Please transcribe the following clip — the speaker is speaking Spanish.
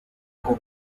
con